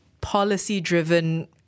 policy-driven